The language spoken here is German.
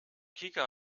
kika